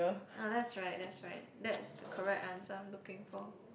ah that's right that's right that's the correct answer I'm looking for